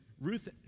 Ruth